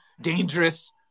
dangerous